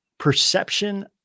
Perception